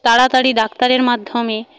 তাড়াতাড়ি ডাক্তারের মাধ্যমে